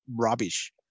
rubbish